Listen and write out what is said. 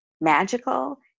magical